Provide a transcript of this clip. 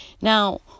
Now